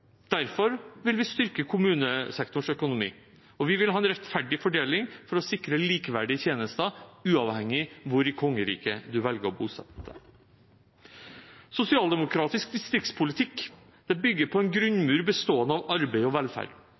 Derfor vil vi styrke kommunesektorens økonomi. Vi vil ha en rettferdig fordeling for å sikre likeverdige tjenester, uavhengig av hvor i kongeriket man velger å bosette seg. Sosialdemokratisk distriktspolitikk bygger på en grunnmur bestående av arbeid og velferd.